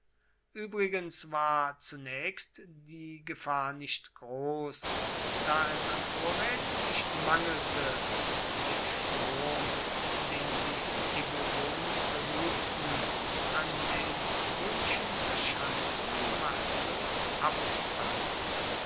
übrigens war zunächst die gefahr nicht groß da es an vorräten nicht mangelte und der sturm den die eburonen versuchten an den römischen verschanzungen machtlos abprallte